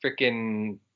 freaking